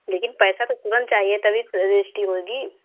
लेकिन पैसा तो तुरंत चाहिए तभी रजिश्टी होगी